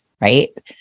right